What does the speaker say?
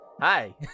hi